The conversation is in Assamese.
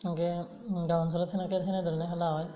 সেনেকে গাঁও অঞ্চলত সেনেকে সেনেধৰণে খেলা হয়